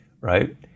right